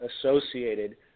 associated